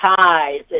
ties